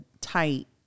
tight